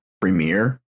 premiere